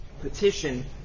petition